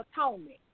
atonement